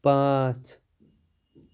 پانٛژ